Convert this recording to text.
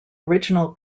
original